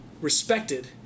respected